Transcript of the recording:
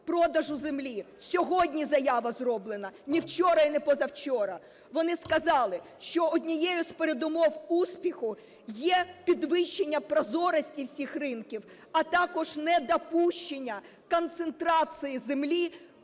продажу землі. Сьогодні заява зроблена, не вчора і не позавчора. Вони сказали, що однією з передумов успіху є підвищення прозорості всіх ринків, а також недопущення концентрації землі